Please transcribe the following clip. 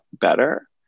better